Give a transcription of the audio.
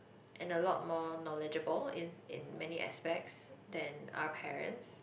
and a lot more knowledgeable if in many aspects than our parents